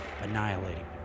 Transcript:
annihilating